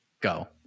Go